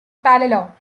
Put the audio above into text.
parallel